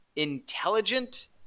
intelligent